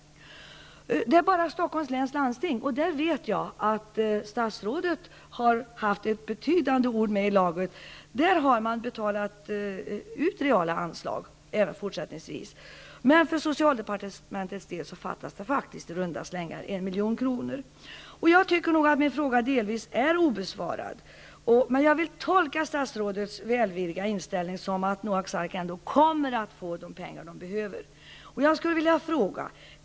Endast i Stockholms läns landsting -- där vet jag att statsrådet har haft ett betydande ord med i laget -- har man betalat ut reala anslag, och det skall ske även fortsättningsvis. För socialdepartementets del fattas i runda slängar en miljon kronor. Jag tycker nog att min fråga delvis är obesvarad. Men jag vill tolka statsrådets välvilliga inställning som att Noaks Ark ändå kommer att få de pengar man behöver.